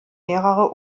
mehrere